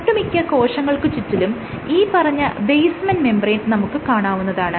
ഒട്ടുമിക്ക കോശങ്ങൾക്ക് ചുറ്റിലും ഈ പറഞ്ഞ ബേസ്മെൻറ് മെംബ്രേയ്ൻ നമുക്ക് കാണാവുന്നതാണ്